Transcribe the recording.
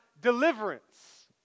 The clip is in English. deliverance